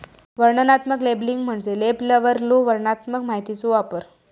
वर्णनात्मक लेबलिंग म्हणजे लेबलवरलो वर्णनात्मक माहितीचो वापर